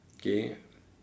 okay